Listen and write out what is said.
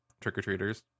trick-or-treaters